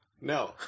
No